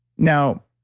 now,